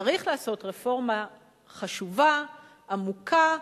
צריך לעשות רפורמה חשובה, עמוקה,